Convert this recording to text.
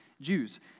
Jews